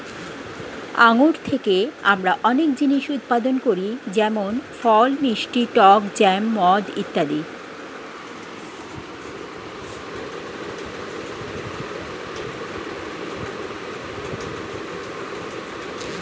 আঙ্গুর থেকে আমরা অনেক জিনিস উৎপাদন করি যেমন ফল, মিষ্টি, টক জ্যাম, মদ ইত্যাদি